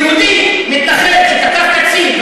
יהודי מתנחל שתקף קצין,